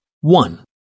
One